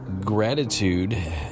gratitude